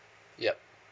yup